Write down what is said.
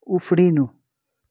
उफ्रिनु